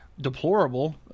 deplorable